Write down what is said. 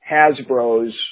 Hasbro's